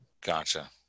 Gotcha